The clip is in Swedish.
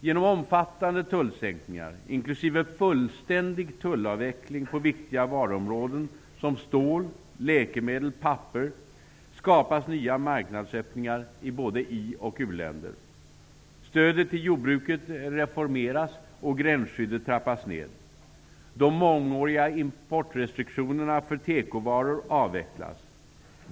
Genom omfattande tullsänkningar, inklusive fullständig tullavveckling på viktiga varuområden, som stål, läkemedel och papper, skapas nya marknadsöppningar i både i och uländer. Stödet till jordbruket reformeras, och gränsskyddet trappas ner. De mångåriga importrestriktionerna för tekovaror avvecklas.